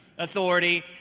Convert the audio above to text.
authority